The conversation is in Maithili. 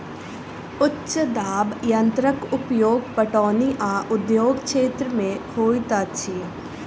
उच्च दाब यंत्रक उपयोग पटौनी आ उद्योग क्षेत्र में होइत अछि